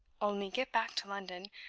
only get back to london,